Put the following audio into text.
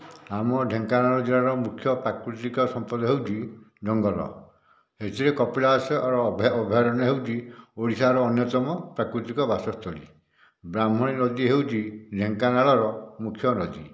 ଆମ ଢେଙ୍କାନାଳ ଜିଲ୍ଲାର ମୁଖ୍ୟ ପ୍ରାକୃତିକ ସମ୍ପଦ ହେଉଛି ଜଙ୍ଗଲ ଏଥିରେ କପିଳାସ ଅଭୟାରଣ୍ୟ ହେଉଛି ଓଡ଼ିଶାର ଅନ୍ୟତମ ପ୍ରାକୃତିକ ବାସସ୍ଥଳୀ ବ୍ରାହ୍ମଣୀ ନଦୀ ହେଉଛି ଢେଙ୍କାନାଳ ର ମୁଖ୍ୟ ନଦୀ